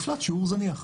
נפלט שיעור זניח.